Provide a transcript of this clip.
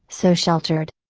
so sheltered.